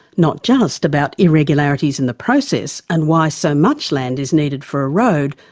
not just about irregularities in the process and why so much land is needed for a road,